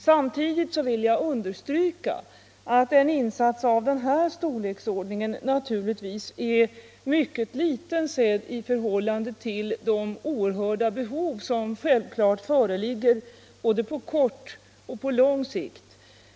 Samtidigt vill jag understryka att en insats av den här storleksordningen naturligtvis är mycket liten, sedd i förhållande till de oerhörda behov som självklart föreligger både på kort och på lång sikt.